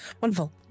wonderful